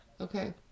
okay